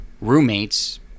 roommates